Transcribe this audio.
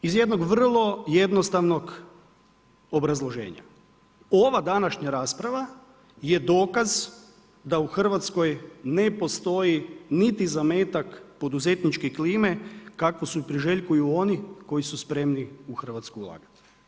Iz jednog vrlo jednostavnog obrazloženja, ova današnja rasprava je dokaz da u Hrvatskoj ne postoji niti zametak poduzetničke klime kakvu si priželjkuju oni koji su spremni u Hrvatsku ulagat.